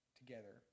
together